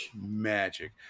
magic